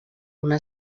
una